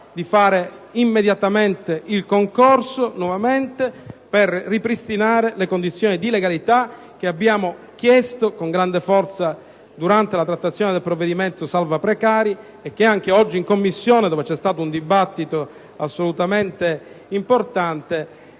ripetere immediatamente il concorso, per ripristinare le condizioni di legalità che abbiamo chiesto con grande forza durante la trattazione del provvedimento salva-precari, esigenza emersa anche oggi in Commissione, dove c'è stato un dibattito assolutamente importante.